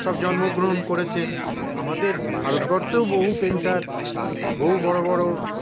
সব জন্মগ্রহণ করেছেন আমাদের ভারতবর্ষেও বহু পেইন্টার বহু বড়ো বড়ো